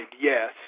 yes